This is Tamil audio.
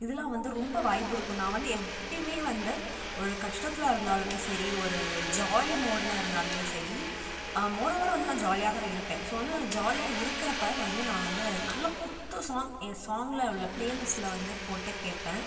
இதலாம் வந்து ரொம்ப வைப் இருக்கும் நான் வந்து எப்பயுமே வந்து ஒரு கஷ்டத்தில் இருந்தாலும் சரி ஒரு ஜாலி மோடில் இருந்தாலும் சரி மோர் ஓவர் வந்து நான் ஜாலியாக தான் இருப்பேன் ஸோ வந்து நான் ஜாலியாக இருக்கிறப்ப வந்து நான் வந்து நல்லா குத்து சாங் என் சாங்கில் உள்ள பிளே லிஸ்ட்டில் வந்து போட்டு கேட்பேன்